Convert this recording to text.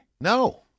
No